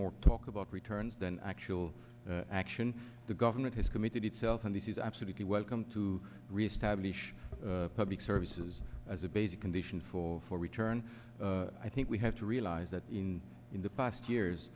more talk about returns than actual action the government has committed itself and this is absolutely welcome to reestablish public services as a basic condition for for return i think we have to realise that in in the past years